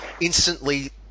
instantly